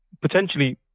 potentially